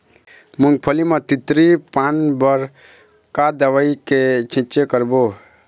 मूंगफली म चितरी पान बर का दवई के छींचे करबो?